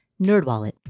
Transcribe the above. NerdWallet